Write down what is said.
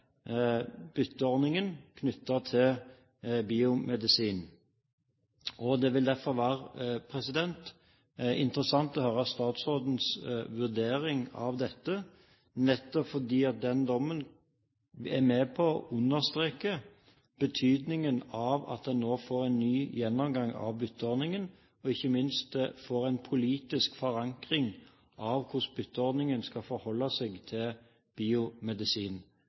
bytteordningen knyttet til biomedisin. Det vil derfor være interessant å høre statsrådens vurdering av dette, nettopp fordi den dommen er med på å understreke betydningen av at en nå får en ny gjennomgang av bytteordningen, og ikke minst får en politisk forankring av hvordan bytteordningen skal forholde seg til biomedisin.